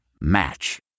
Match